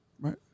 Right